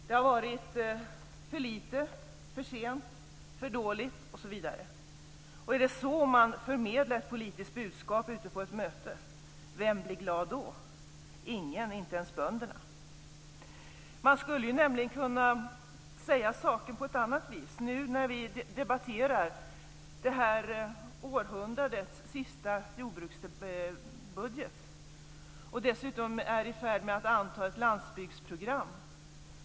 Det har varit "för lite", "för sent", "för dåligt", osv. Är det så man förmedlar ett politiskt budskap ute på ett möte - vem blir glad då? Ingen blir glad, inte ens bönderna. Man skulle kunna säga saken på ett annat vis nu när vi debatterar detta århundrades sista jordbruksbudget och dessutom är i färd med att anta ett landsbygdsprogram.